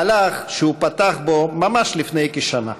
מהלך שהוא פתח בו ממש לפני כשנה.